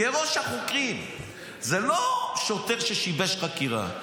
זה לא שוטר ששיבש חקירה.